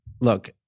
look